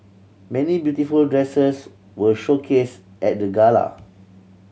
many beautiful dresses were showcased at the gala